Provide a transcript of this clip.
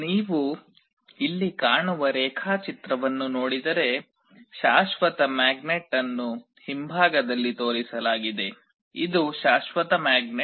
ನೀವು ಇಲ್ಲಿ ಕಾಣುವ ರೇಖಾಚಿತ್ರವನ್ನು ನೋಡಿದರೆ ಶಾಶ್ವತ ಮ್ಯಾಗ್ನೆಟ್ ಅನ್ನು ಹಿಂಭಾಗದಲ್ಲಿ ತೋರಿಸಲಾಗಿದೆ ಇದು ಶಾಶ್ವತ ಮ್ಯಾಗ್ನೆಟ್